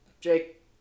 Jake